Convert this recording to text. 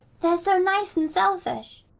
they are so nice and selfish.